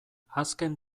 azken